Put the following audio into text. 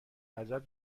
ازت